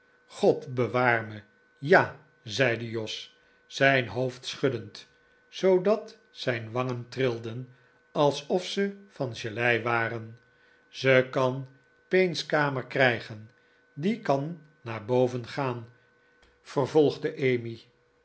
god bewaar me ja zeide jos zijn hoofd schuddend zoodat zijn wangen trilden alsof ze van gelei waren ze kan payne's kamer krijgen die kan naar boven gaan vervolgde emmy